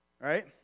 Right